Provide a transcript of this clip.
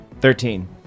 Thirteen